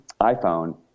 iPhone